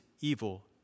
evil